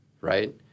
right